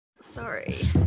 Sorry